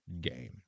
game